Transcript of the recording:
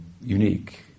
unique